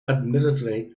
admittedly